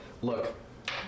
Look